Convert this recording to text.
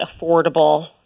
affordable